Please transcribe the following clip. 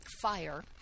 fire